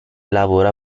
lavora